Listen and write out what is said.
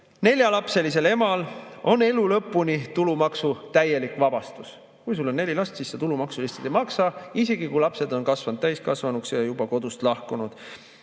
neljalapselisel emal elu lõpuni täielik tulumaksuvabastus. Kui sul on neli last, siis sa tulumaksu ei maksa, isegi kui lapsed on kasvanud täiskasvanuks, juba kodust lahkunud.